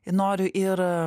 noriu ir